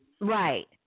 Right